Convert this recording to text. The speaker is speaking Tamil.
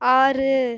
ஆறு